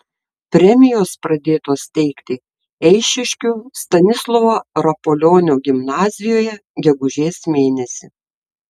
premijos pradėtos teikti eišiškių stanislovo rapolionio gimnazijoje gegužės mėnesį